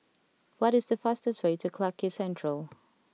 what is the fastest way to Clarke Quay Central